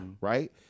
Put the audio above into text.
right